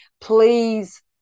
Please